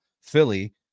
Philly